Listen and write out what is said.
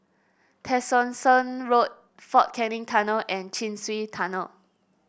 Tessensohn Road Fort Canning Tunnel and Chin Swee Tunnel